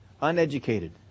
uneducated